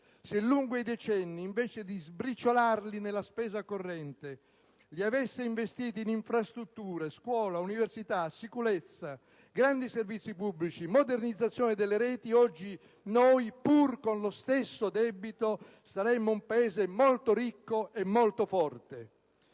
Se lungo i decenni, invece di sbriciolarli nella spesa corrente, li avesse investiti in infrastrutture, scuola, università, sicurezza, grandi servizi pubblici, modernizzazione delle reti, oggi noi, pur con lo stesso debito, saremmo un Paese molto ricco e molto forte.